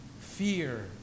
fear